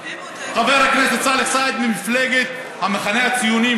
חבר הכנסת סאלח סעד ממפלגת המחנה הציוני,